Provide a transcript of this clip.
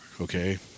okay